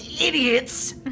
idiots